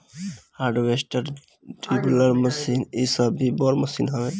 harvester, dibbler machine इ सब भी बड़ मशीन हवे